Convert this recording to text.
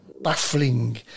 baffling